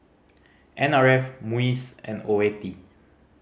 N R F MUIS and Oeti